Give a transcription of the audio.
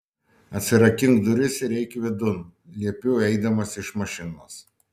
atsirakink duris ir eik vidun liepiu eidamas prie mašinos